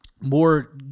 more